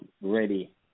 ready